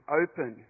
open